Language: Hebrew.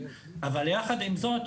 אבל יחד עם זאת,